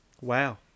Wow